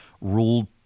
ruled